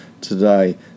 today